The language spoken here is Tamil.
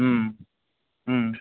ம் ம்